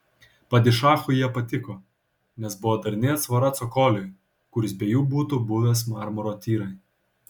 padišachui jie patiko nes buvo darni atsvara cokoliui kuris be jų būtų buvęs marmuro tyrai